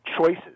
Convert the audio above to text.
choices